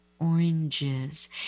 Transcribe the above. oranges